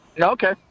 Okay